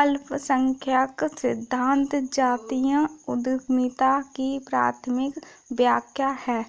अल्पसंख्यक सिद्धांत जातीय उद्यमिता की प्राथमिक व्याख्या है